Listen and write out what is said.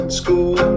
school